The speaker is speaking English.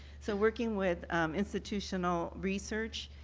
so working with institutional research,